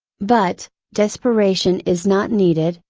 but, desperation is not needed,